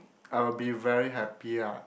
I will be very happy lah